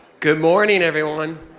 good morning everyone.